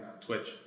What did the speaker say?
Twitch